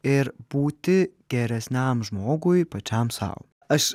ir būti geresniam žmogui pačiam sau aš